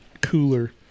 cooler